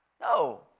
No